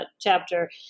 chapter